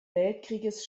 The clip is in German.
weltkrieges